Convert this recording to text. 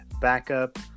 backup